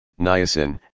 Niacin